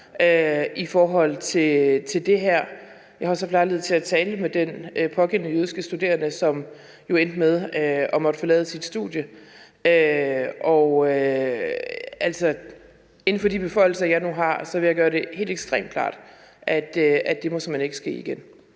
i forhold til det her. Jeg har også haft lejlighed til at tale med den pågældende jødiske studerende, som jo endte med at måtte forlade sit studie. Inden for de beføjelser, jeg nu har, vil jeg gøre det helt ekstremt klart og sige, at det simpelt hen ikke må ske igen.